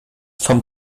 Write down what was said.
vom